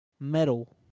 Metal